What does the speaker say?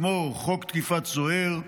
כמו חוק תקיפת סוהר,